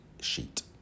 sheet